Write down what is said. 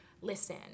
listen